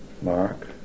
Mark